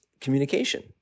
communication